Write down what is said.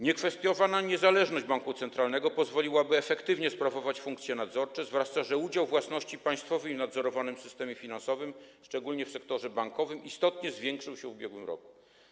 Niekwestionowana niezależność banku centralnego pozwoliłaby efektywnie sprawować funkcje nadzorcze, zwłaszcza że udział własności państwowej w nadzorowanym systemie finansowym, szczególnie w sektorze bankowym, istotnie zwiększył się w ubiegłym roku.